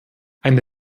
eine